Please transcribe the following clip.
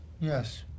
yes